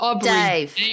Dave